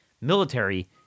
military